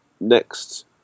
next